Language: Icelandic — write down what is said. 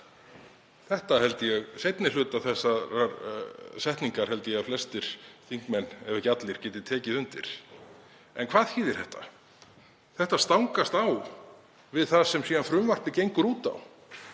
Ég held að seinni hluta þessarar setningar geti flestir þingmenn, ef ekki allir, tekið undir. En hvað þýðir þetta? Þetta stangast á við það sem frumvarpið gengur út á.